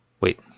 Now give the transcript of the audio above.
Wait